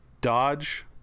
dodge